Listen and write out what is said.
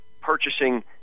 purchasing